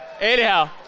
Anyhow